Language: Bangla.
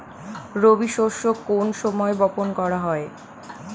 রবি শস্য কোন সময় বপন করা হয়?